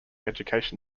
education